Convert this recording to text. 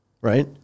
right